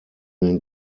den